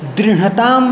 दृढताम्